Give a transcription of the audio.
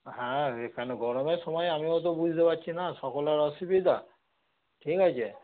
হ্যাঁ এখানে গরমের সময় আমিও তো বুঝতে পারছি না সকলের অসুবিধা ঠিক আছে